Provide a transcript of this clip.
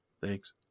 Thanks